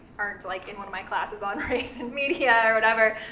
aren't, like, in one of my classes on race and media, or whatever,